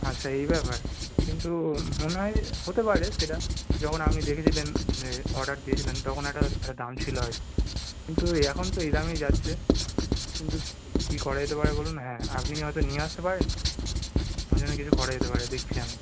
আচ্ছা এই ব্যাপার কিন্তু মনে হয় হতে পারে সেটা যখন আপনি দেখেছিলেন যে অর্ডার দিয়েছিলেন তখন এটার একটা দাম ছিলো হয়তো কিন্তু এখন তো এই দামেই যাচ্ছে কিন্তু কী কী করা যেতে পারে বলুন হ্যাঁ আপনি হয়তো নিয়ে আসতে পারেন ওই জন্য কিছু করা যেতে পারে দেখছি আমি